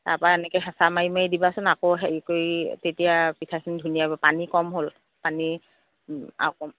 তাপা এনেকৈ হেঁচা মাৰি মাৰি দিবাচোন আকৌ হেৰি কৰি তেতিয়া পিঠাখিনি ধুনীয়া হ'ব পানী কম হ'ল পানী অকণমান